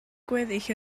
gweddill